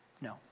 no